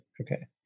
Okay